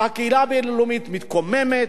והקהילה הבין-לאומית מתקוממת.